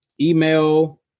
email